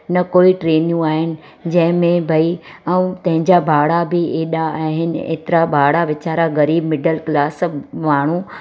न कोई ट्रेनियूं आहिनि जंहिं में भई ऐं तंहिंजा भाड़ा बि हेॾा आहिनि एतिरा भाड़ा वीचारा ग़रीब मिडल क्लास सभु माण्हू